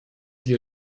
die